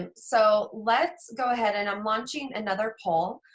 and so let's go ahead, and i'm launching another poll.